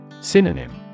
Synonym